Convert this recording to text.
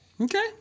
Okay